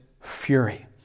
fury